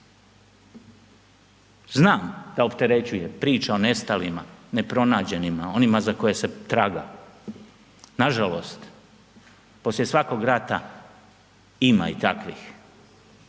Znam da opterećuje, priča o nestalima, nepronađenima, onima za koje se traga, nažalost poslije svakog rata ima i takvih.